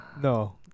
No